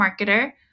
marketer